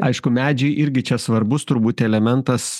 aišku medžiai irgi čia svarbus turbūt elementas